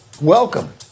Welcome